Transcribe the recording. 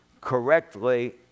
correctly